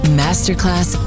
masterclass